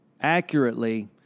accurately